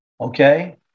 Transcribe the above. okay